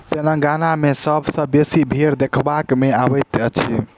तेलंगाना मे सबसँ बेसी भेंड़ देखबा मे अबैत अछि